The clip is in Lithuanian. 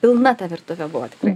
pilna ta virtuvė buvo tikrai